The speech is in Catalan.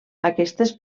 aquestes